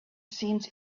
seemed